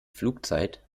flugzeit